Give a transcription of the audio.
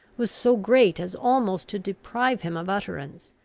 was so great as almost to deprive him of utterance.